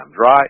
right